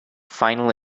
final